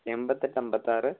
എൺപത്തെട്ട് അൻപത്താറ്